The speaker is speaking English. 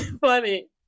funny